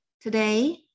Today